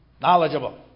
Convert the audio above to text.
Knowledgeable